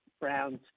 browns